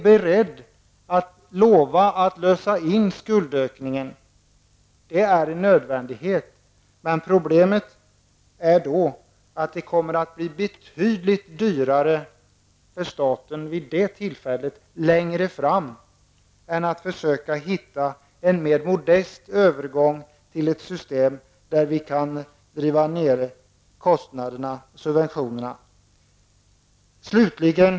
Lovar ni att göra det? Det blir en nödvändighet. Problemet är att det blir betydligt dyrare för staten längre fram än om man nu hittar en mer modest övergång till ett system där kostnaderna och subventionerna kan hållas nere.